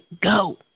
go